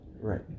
Right